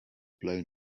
blown